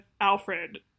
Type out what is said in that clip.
Alfred